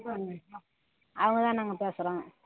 அவங்க நாங்கள் பேசுகிறோம்